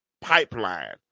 pipeline